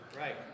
Right